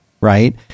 right